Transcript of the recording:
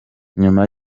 nyuma